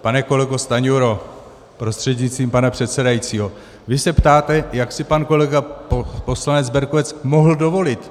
Pane kolego Stanjuro prostřednictvím pana předsedajícího, vy se ptáte, jak si pan kolega poslanec Berkovec mohl dovolit.